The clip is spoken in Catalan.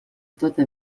tota